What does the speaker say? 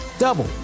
Double